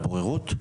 לבוררות,